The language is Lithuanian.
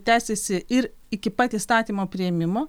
tęsiasi ir iki pat įstatymo priėmimo